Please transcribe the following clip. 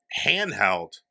handheld